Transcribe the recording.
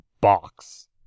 box